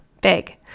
big